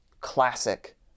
classic